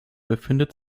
befindet